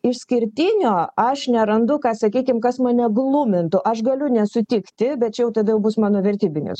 išskirtinio aš nerandu ką sakykim kas mane glumintų aš galiu nesutikti bet čia jau tada jau bus mano vertybinis